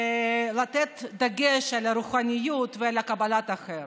ולשים דגש על רוחניות ועל קבלת האחר.